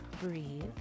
breathe